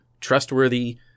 trustworthy